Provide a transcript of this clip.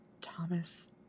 Thomas